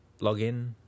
login